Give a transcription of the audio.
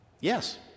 Yes